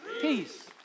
Peace